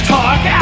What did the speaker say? Talk